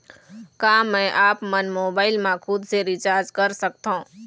का मैं आपमन मोबाइल मा खुद से रिचार्ज कर सकथों?